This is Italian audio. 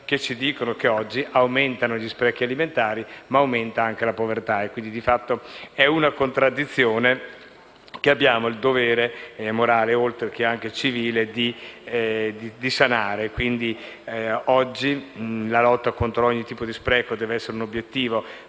che ci dicono che oggi aumentano gli sprechi alimentari ma aumenta anche la povertà. Quindi, di fatto è una contraddizione che abbiamo il dovere morale, oltre che civile, di sanare. Quindi, oggi la lotta contro ogni tipo di spreco deve essere un obiettivo fondamentale